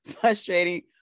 frustrating